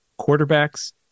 quarterbacks